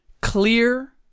clear